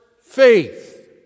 faith